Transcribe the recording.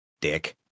dick